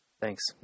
Thanks